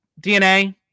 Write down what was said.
DNA